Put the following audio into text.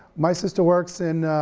my sister works in